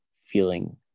feeling